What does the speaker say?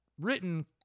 written